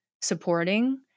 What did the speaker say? supporting